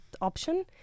option